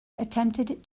attempted